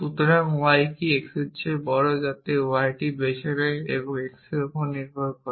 সুতরাং y কি x এর চেয়ে বড় যাতে y এটি বেছে নেয় x এর উপর নির্ভর করে